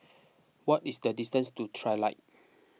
what is the distance to Trilight